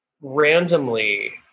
randomly